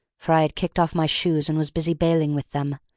for i had kicked off my shoes and was busy baling with them.